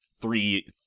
three